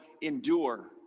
endure